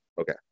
Okay